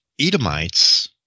Edomites